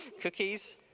Cookies